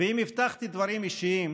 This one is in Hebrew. ואם הבטחתי דברים אישיים,